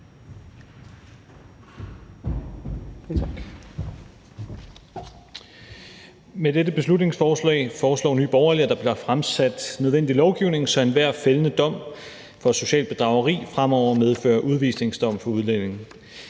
Med dette beslutningsforslag foreslår Nye Borgerlige, at der bliver fremsat nødvendig lovgivning, så enhver fældende dom for socialt bedrageri fremover medfører udvisningsdom for udlændinge.